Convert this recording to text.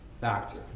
factor